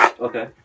Okay